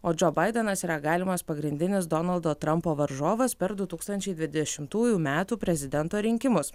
o džo baidenas yra galimas pagrindinis donaldo trampo varžovas per du tūkstančiai dvidešimtųjų metų prezidento rinkimus